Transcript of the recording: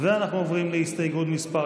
ואנחנו עוברים להסתייגות מס'